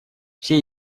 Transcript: все